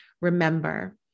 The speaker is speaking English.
remember